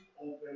open